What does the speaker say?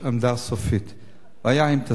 אם תסכים, אז כן, אם לא,